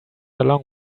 along